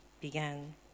began